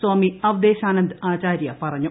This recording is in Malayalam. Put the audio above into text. സ്വാമി അവ്ദേശാനന്ദ് ആചാര്യ പറഞ്ഞു